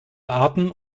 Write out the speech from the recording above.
arten